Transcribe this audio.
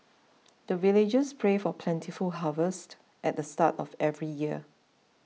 the villagers pray for plentiful harvest at the start of every year